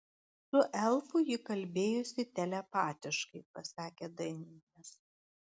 su elfu ji kalbėjosi telepatiškai pasakė dainius